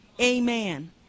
Amen